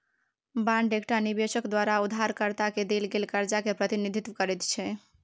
bond एकटा निबेशक द्वारा उधारकर्ता केँ देल गेल करजा केँ प्रतिनिधित्व करैत छै